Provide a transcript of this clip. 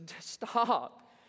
stop